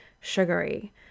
sugary